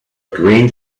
green